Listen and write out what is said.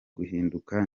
guhinduka